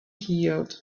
healed